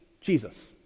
Jesus